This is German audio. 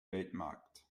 weltmarkt